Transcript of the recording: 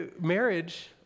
Marriage